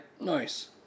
Nice